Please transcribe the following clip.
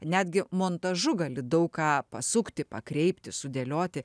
netgi montažu gali daug ką pasukti pakreipti sudėlioti